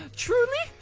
truly!